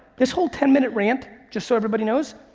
this whole ten minute rant, just so everybody knows,